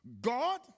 God